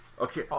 Okay